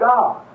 God